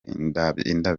indabyo